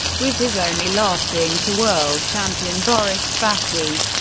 with his only loss being to world champion boris spassky.